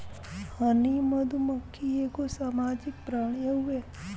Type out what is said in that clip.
हनी मधुमक्खी एगो सामाजिक प्राणी हउवे